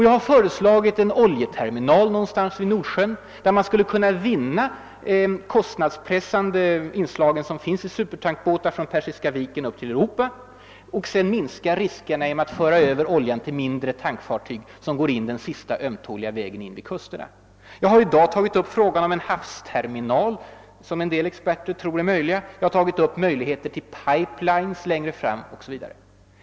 Jag har föreslagit en oljeterminal någonstans i Nordsjön, genom vilken man skulle kunna vinna de kostnadspressande fördelarna med supertankertransporter från Persiska viken upp till Europa och samtidigt minska riskerna med mindre tankfartyg som kan frakta oljan den sista sträckan in till kusterna. Tag har vidare i dag tagit upp frågan om upprättandet av en havsterminal, som en del experter tror är möjlig, förutsättningarna för att i framtiden anlägga pipelines osv.